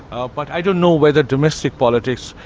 ah but i don't know whether domestic politics,